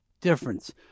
difference